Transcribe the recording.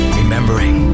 remembering